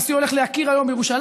הנשיא הולך להכיר היום בירושלים,